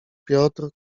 piotr